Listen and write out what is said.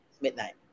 midnight